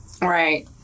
Right